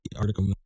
article